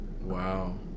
Wow